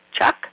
Chuck